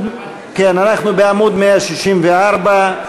אנחנו בעמוד 164,